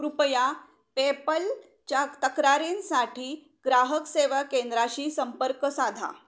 कृपया पेपलच्या तक्रारींसाठी ग्राहक सेवा केंद्राशी संपर्क साधा